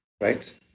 right